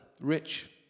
rich